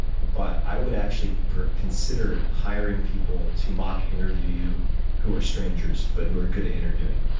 but i would actually consider hiring people to mock interview you who are strangers, but who are good at interviewing.